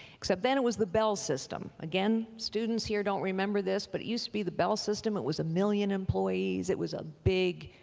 except then it was the bell system, again students here don't remember this but it used to be the bell system it was a million employees it was a big,